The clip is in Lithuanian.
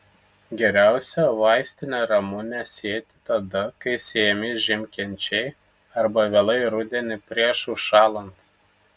geriausia vaistinę ramunę sėti tada kai sėjami žiemkenčiai arba vėlai rudenį prieš užšąlant